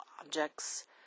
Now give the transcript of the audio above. objects